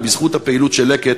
ובזכות הפעילות של "לקט",